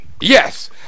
Yes